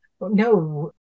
No